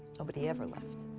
nobody ever left.